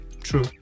True